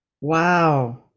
Wow